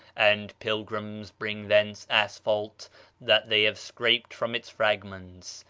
and pilgrims bring thence asphalte that they have scraped from its fragments.